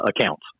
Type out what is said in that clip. accounts